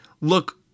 look